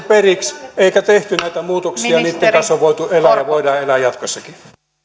periksi emmekä tehneet näitä muutoksia niitten kanssa on voitu elää ja voidaan elää jatkossakin